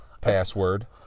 Password